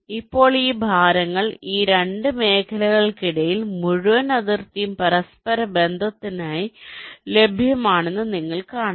ഇപ്പോൾ ഈ ഭാരങ്ങൾ ഈ 2 മേഖലകൾക്കിടയിൽ മുഴുവൻ അതിർത്തിയും പരസ്പര ബന്ധത്തിനായി ലഭ്യമാണെന്ന് നിങ്ങൾ കാണുന്നു